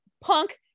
Punk